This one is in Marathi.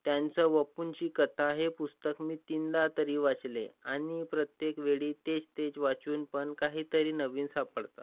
त्यांचं वपुंची कथा हे पुस्तक मी तीनदा तरी वाचले आणि प्रत्येक वेळी तेच तेच वाचून पण काहीतरी नवीन सापडतं